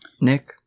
Nick